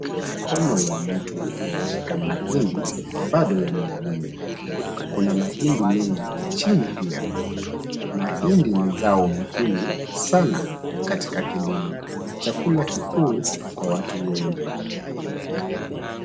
Mikono ya mtu inashika mahindi bado yamevunwa. Kuna mahindi mengi chini lakini pia. Mahindi ni zao muhimu sana katika kilimo chakula kikuu cha watu wengi.